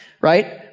right